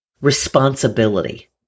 responsibility